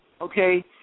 Okay